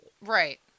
Right